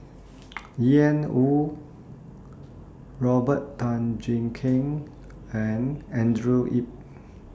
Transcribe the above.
Ian Woo Robert Tan Jee Keng and Andrew Yip